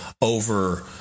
Over